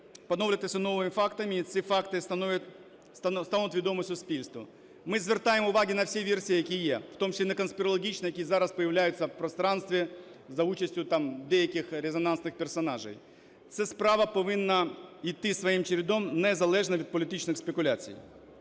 поновлюватися новими фактами, і ці факти стануть відомі суспільству. Ми звертаємо увагу на всі версії, які є, в тому числі на конспірологічні, які зараз з'являються в пространстве за участю там деяких резонансних персонажів. Ця справа повинна йти своїм чередом незалежно від політичних спекуляцій.